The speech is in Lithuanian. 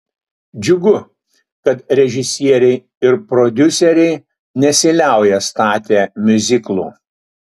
džiugu kad režisieriai ir prodiuseriai nesiliauja statę miuziklų